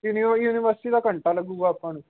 ਕਿੰਨੀ ਹੋਈ ਯੂਨੀਵਸਟੀ ਤਾਂ ਘੰਟਾ ਲੱਗੂਗਾ ਆਪਾਂ ਨੂੰ